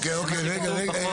אוקיי, רגע, רגע.